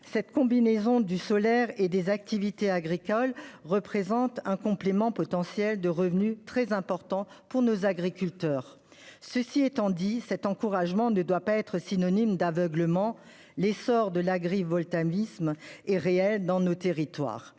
La combinaison du solaire et des activités agricoles représente en outre un complément potentiel de revenus très important pour nos agriculteurs. Cela étant dit, cet encouragement ne doit pas être synonyme d'aveuglement. L'essor de l'agrivoltaïsme est réel dans nos territoires,